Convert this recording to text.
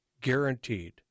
Guaranteed